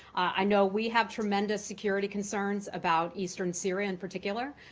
i know we have tremendous security concerns about eastern syria in particular,